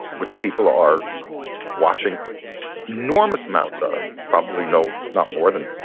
which people are watching enormous amounts of, probably not not more than,